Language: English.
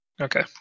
Okay